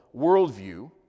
worldview